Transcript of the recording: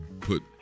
Put